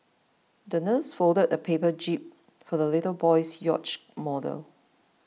the nurse folded a paper jib for the little boy's yacht model